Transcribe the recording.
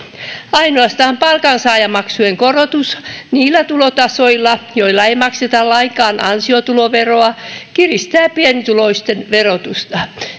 ainoastaan palkansaajamaksujen korotus niillä tulotasoilla joilla ei makseta lainkaan ansiotuloveroa kiristää pienituloisten verotusta